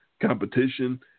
competition